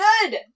good